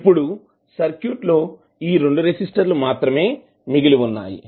ఇప్పుడు సర్క్యూట్లో ఈ 2 రెసిస్టర్ లు మాత్రమే మిగిలి ఉన్నాయి